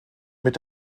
mit